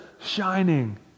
shining